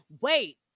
wait